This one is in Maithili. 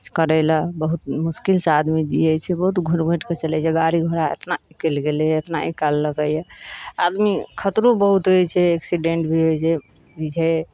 करै लए बहुत मुश्किल से आदमी जीयैत छै बहुत घुटि घुटि कऽ चलै छै गाड़ी घोड़ा इतना निकलि गेलैए इतना निकलि गेलैए आदमी खतरो बहुत होइ छै एक्सीडेन्ट भी होइ छै जे